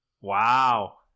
Wow